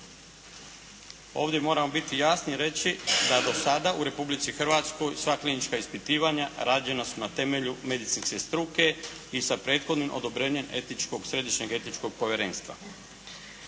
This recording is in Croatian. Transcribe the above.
Ovdje moramo biti jasni i reći da do sada u Republici Hrvatskoj sva klinička ispitivanja rađena su na temelju medicinske struke i sa prethodnim odobrenjem Središnjeg etičkog povjerenstva.